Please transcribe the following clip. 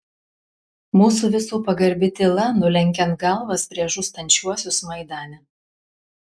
mūsų visų pagarbi tyla nulenkiant galvas prieš žūstančiuosius maidane